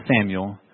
Samuel